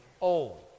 old